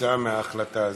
כתוצאה מההחלטה הזאת?